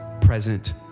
present